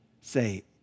say